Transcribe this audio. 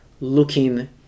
looking